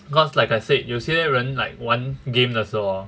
because like I said 有些人 like 玩 game 的时候 hor